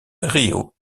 rio